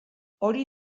hori